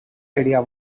idea